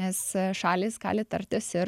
nes šalys gali tartis ir